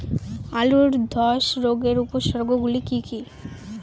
আলুর ধ্বসা রোগের উপসর্গগুলি কি কি?